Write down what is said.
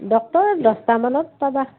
doctor দছটামানত পাবা